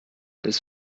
ist